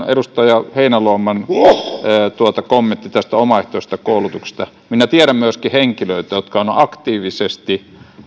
edustaja heinäluoman kommentti omaehtoisesta koulutuksesta minä tiedän myöskin henkilöitä jotka ovat aktiivisesti